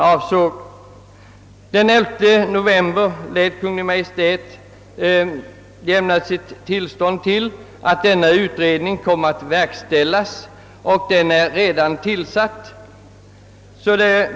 Den 11 november i år lämnade nämligen Kungl. Maj:t tillstånd till en utredning och den har sedan tillsatts.